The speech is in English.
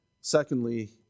Secondly